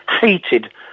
hated